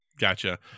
Gotcha